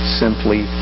simply